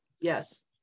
Yes